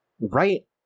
Right